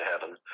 heaven